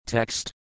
Text